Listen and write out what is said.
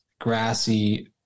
grassy